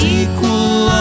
equal